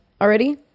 already